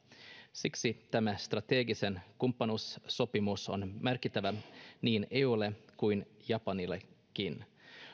siksi tämä strateginen kumppanuussopimus on merkittävä niin eulle kuin japanillekin